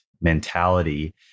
mentality